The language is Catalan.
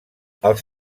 els